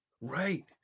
Right